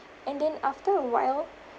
and then after awhile